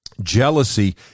jealousy